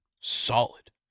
solid